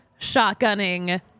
shotgunning